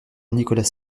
nicolas